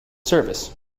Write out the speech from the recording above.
service